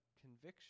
conviction